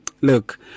look